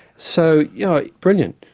so, yeah brilliant.